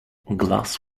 glass